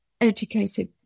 educated